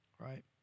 Right